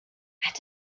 hat